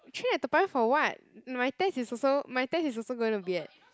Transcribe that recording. train at Toa-Payoh for [what] my test is also my test is also gonna be at